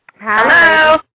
hello